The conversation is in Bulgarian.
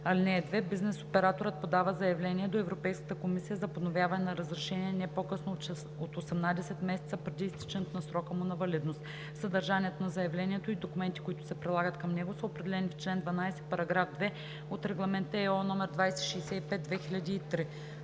(2) Бизнес операторът подава заявление до Европейската комисия за подновяване на разрешение не по-късно от 18 месеца преди изтичането на срока му на валидност. Съдържанието на заявлението и документите, които се прилагат към него са определени в чл. 12, параграф 2 на Регламент (ЕО) № 2065/2003“.